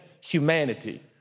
humanity